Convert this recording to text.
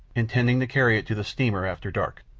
intending to carry it to the steamer after dark.